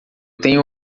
tenho